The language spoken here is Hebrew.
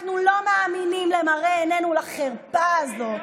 אנחנו לא מאמינים למראה עינינו, לחרפה הזאת.